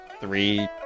three